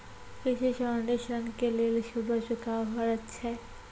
कृषि संबंधी ॠण के लेल सूदो चुकावे पड़त छै?